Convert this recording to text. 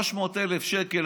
300,000 שקל,